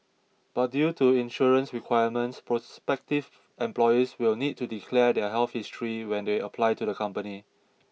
but due to insurance requirements prospective employees will need to declare their health history when they apply to the company